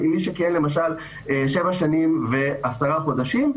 מי שכיהן שבע שנים ועשרה חודשים,